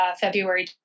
February